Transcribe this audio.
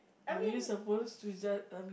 are you supposed to just I mean